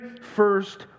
first